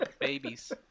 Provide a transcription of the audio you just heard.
babies